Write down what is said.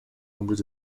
hombres